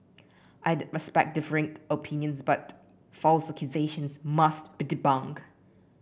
I respect differing opinions but false accusations must be debunked